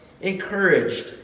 encouraged